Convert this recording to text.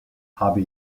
habe